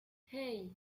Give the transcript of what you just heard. hey